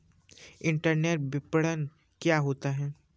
Internet विपणन क्या होता है?